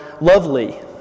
lovely